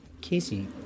Casey